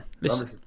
Listen